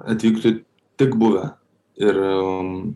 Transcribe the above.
atvykti tik buvę ir